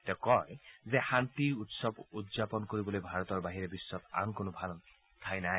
তেওঁ কয় যে শান্তি উৎসৱ উদযাপন কৰিবলৈ ভাৰতৰ বাহিৰে বিশ্বত আনকোনো ভাল ঠাই নাই